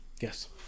Yes